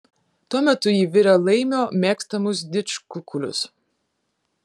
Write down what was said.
tuo metu ji virė laimio mėgstamus didžkukulius